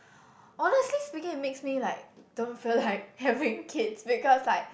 honestly speaking it makes me like don't feel like having kids because like